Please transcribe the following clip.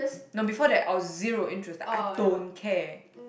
no before that I was zero interest like I don't care